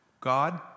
God